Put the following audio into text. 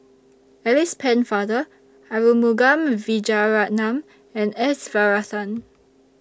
Alice Pennefather Arumugam Vijiaratnam and S Varathan